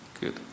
Good